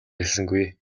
хэлсэнгүй